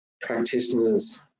practitioners